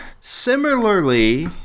Similarly